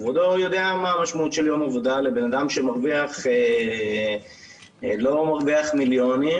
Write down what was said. כבודו יודע מה המשמעות של יום עבודה לבן אדם שלא מרוויח מיליונים.